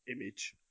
image